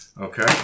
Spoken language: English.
Okay